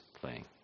playing